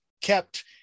kept